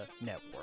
Network